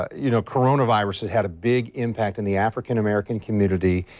you know coronavirus that had a big impact in the african american community.